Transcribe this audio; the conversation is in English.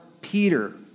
Peter